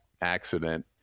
accident